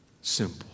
Simple